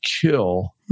kill